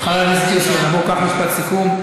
חבר הכנסת יוסי יונה, בוא, קח משפט סיכום.